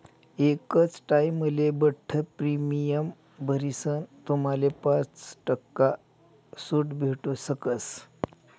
एकच टाइमले बठ्ठ प्रीमियम भरीसन तुम्हाले पाच टक्का सूट भेटू शकस